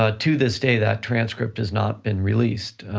ah to this day, that transcript has not been released.